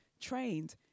Trained